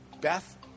Beth